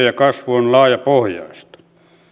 ja kasvu on laajapohjaista